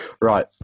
Right